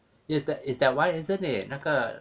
it's that it's that [one] isn't it 那个